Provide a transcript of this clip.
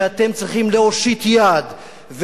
שאתם צריכים להושיט יד,